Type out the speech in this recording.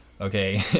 okay